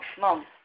Mom